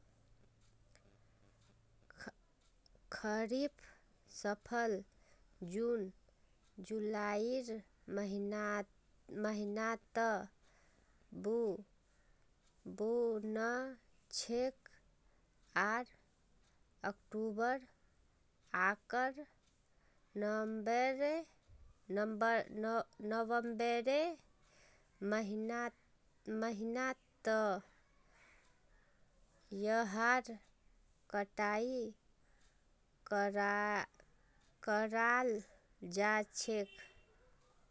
खरीफ फसल जून जुलाइर महीनात बु न छेक आर अक्टूबर आकर नवंबरेर महीनात यहार कटाई कराल जा छेक